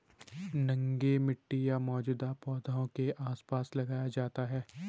नंगे मिट्टी या मौजूदा पौधों के आसपास लगाया जाता है